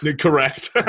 Correct